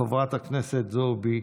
חברת הכנסת זועבי,